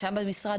נשאר במשרד,